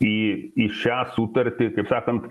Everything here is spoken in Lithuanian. į į šią sutartį taip sakant